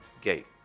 gate